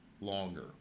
longer